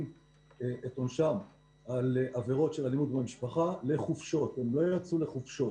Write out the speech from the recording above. את עונשם בגין אלימות במשפחה והם לא יצאו לחופשות.